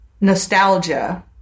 nostalgia